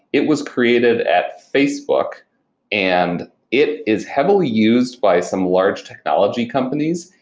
it was created at facebook and it is heavily used by some large technology companies.